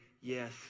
yes